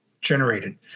generated